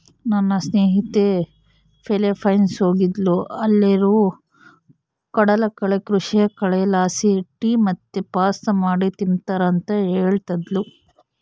ನನ್ನ ಸ್ನೇಹಿತೆ ಫಿಲಿಪೈನ್ಸ್ ಹೋಗಿದ್ದ್ಲು ಅಲ್ಲೇರು ಕಡಲಕಳೆ ಕೃಷಿಯ ಕಳೆಲಾಸಿ ಟೀ ಮತ್ತೆ ಪಾಸ್ತಾ ಮಾಡಿ ತಿಂಬ್ತಾರ ಅಂತ ಹೇಳ್ತದ್ಲು